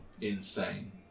Insane